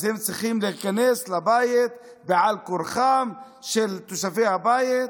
אז הם צריכים להיכנס לבית בעל כורחם של תושבי הבית,